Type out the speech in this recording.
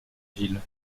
ville